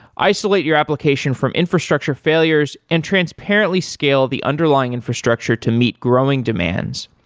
isolate your application from infrastructure failures and transparently scale the underlying infrastructure to meet growing demands,